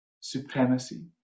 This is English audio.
supremacy